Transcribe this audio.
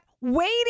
waiting